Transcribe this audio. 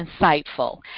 insightful